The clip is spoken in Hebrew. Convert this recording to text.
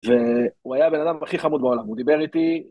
והוא היה הבן אדם הכי חמוד בעולם, הוא דיבר איתי...